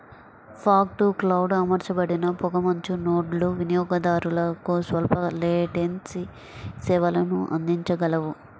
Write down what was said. fog to cloud అమర్చబడిన పొగమంచు నోడ్లు వినియోగదారులకు స్వల్ప లేటెన్సీ సేవలను అందించగలవు